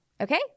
Okay